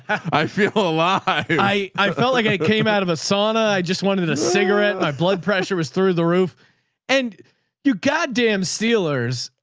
i feel ah alive. i felt like i came out of a sauna. i just wanted a cigarette. my blood pressure was through the roof and you got damn steelers.